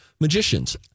magicians